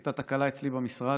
הייתה תקלה אצלי במשרד.